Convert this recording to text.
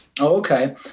Okay